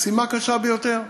משימה קשה ביותר.